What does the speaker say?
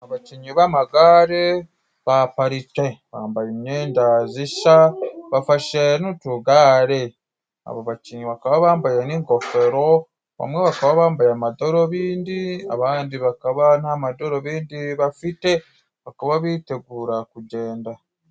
Abakinyi b'amagare baparitse. Bambaye imyenda zisa, bafashe n'utugare, abo bakinnyi bakaba bambaye n'ingofero, bamwe bakaba bambaye amadorubindi, abandi bakaba nta madorubindi bafite. Bakaba bitegura kugenda.